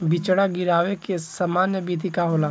बिचड़ा गिरावे के सामान्य विधि का होला?